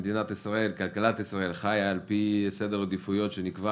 כלכלת ישראל חיה על-פי סדר עדיפויות שנקבע